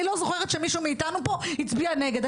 אני לא זוכרת שמישהו מאיתנו פה הצביע נגד.